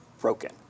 broken